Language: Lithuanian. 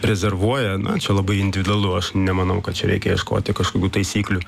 rezervuoja na čia labai individualu aš nemanau kad čia reikia ieškoti kažkokių taisyklių